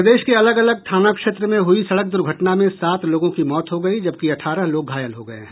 प्रदेश के अलग अलग थाना क्षेत्र में हुई सड़क दुर्घटना में सात लोगों की मौत हो गयी जबकि अठारह लोग घायल हो गये हैं